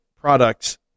products